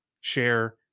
share